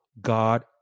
God